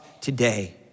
today